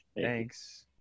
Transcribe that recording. Thanks